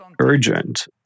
urgent